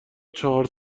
چهار